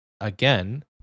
again